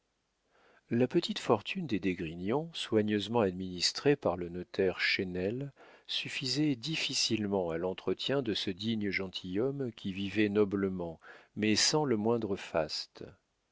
la petite fortune des d'esgrignon soigneusement administrée par le notaire chesnel suffisait difficilement à l'entretien de ce digne gentilhomme qui vivait noblement mais sans le moindre faste